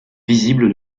visible